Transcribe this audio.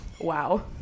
wow